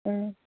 ꯎꯝ